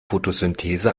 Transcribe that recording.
fotosynthese